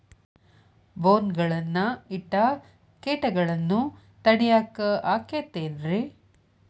ಬೋನ್ ಗಳನ್ನ ಇಟ್ಟ ಕೇಟಗಳನ್ನು ತಡಿಯಾಕ್ ಆಕ್ಕೇತೇನ್ರಿ?